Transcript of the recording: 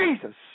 Jesus